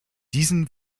diesen